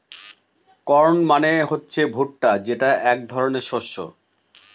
corn মানে হচ্ছে ভুট্টা যেটা এক ধরনের শস্য